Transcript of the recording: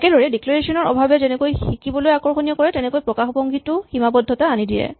একেদৰেই ডিক্লেৰেচন ৰ অভাৱে যেনেকৈ শিকিবলৈ আকৰ্শনীয় কৰে তেনেকৈ প্ৰকাশভংগীটো সীমাবদ্ধতা আনি দিয়ে